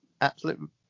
Absolute